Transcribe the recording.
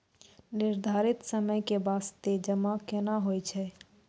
निर्धारित समय के बास्ते जमा केना होय छै?